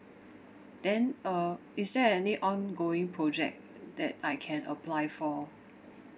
then uh is there any ongoing project that I can apply for